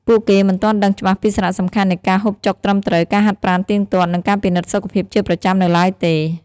ពួកគេមិនទាន់ដឹងច្បាស់ពីសារៈសំខាន់នៃការហូបចុកត្រឹមត្រូវ ការហាត់ប្រាណទៀងទាត់ និងការពិនិត្យសុខភាពជាប្រចាំនៅឡើយទេ។